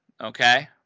okay